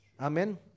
Amen